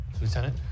Lieutenant